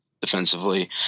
defensively